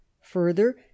Further